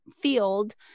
field